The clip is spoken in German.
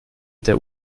der